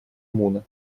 муна